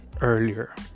earlier